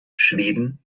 schweden